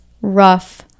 rough